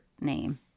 name